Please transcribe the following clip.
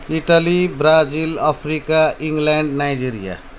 Italy Brazil Africa England Nigeria